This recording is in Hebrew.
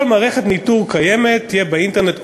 כל מערכת ניטור קיימת תהיה באינטרנט און-ליין,